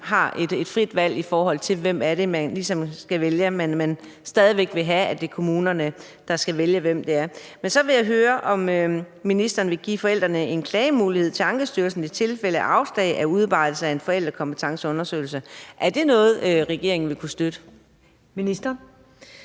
har et frit valg, vedrørende hvem man skal vælge, men vil stadig have, at det er kommunerne, der skal vælge dem. Men så vil jeg høre, om ministeren vil give forældrene en klagemulighed til Ankestyrelsen i tilfælde af afslag på udarbejdelse af en forældrekompetenceundersøgelse. Er det noget, regeringen vil kunne støtte? Kl.